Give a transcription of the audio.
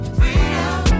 freedom